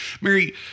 Mary